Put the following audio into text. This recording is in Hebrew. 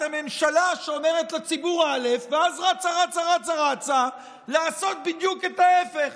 אתם ממשלה שאומרת לציבור א' ואז רצה רצה רצה לעשות בדיוק את ההפך.